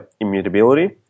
immutability